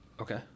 Okay